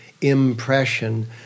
impression